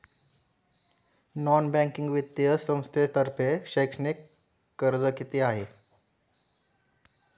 Non banking वित्तीय संस्थांतर्फे शैक्षणिक कर्ज किती आहे?